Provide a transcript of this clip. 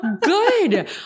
good